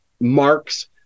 marks